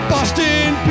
Boston